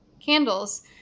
candles